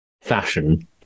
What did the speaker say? fashion